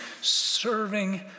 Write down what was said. serving